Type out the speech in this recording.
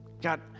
God